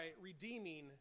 redeeming